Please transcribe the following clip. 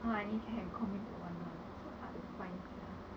now I can only commit for one right so hard to find sia